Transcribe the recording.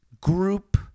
group